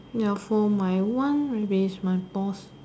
ya for my one maybe is my boss